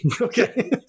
Okay